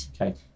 okay